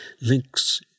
links